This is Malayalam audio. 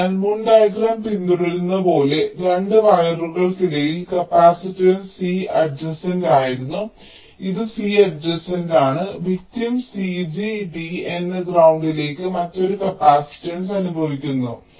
അതിനാൽ മുൻ ഡയഗ്രം പിന്തുടരുന്നതുപോലെ 2 വയറുകൾക്കിടയിൽ കപ്പാസിറ്റൻസ് C അഡ്ജസൻറ് ആയിരുന്നു ഇത് C അഡ്ജസൻറ് ആണ് വിക്ടിം C g D എന്ന ഗ്രൌണ്ടിലേക് മറ്റൊരു കപ്പാസിറ്റൻസ് അനുഭവിക്കുന്നു